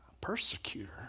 Persecutor